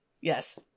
yes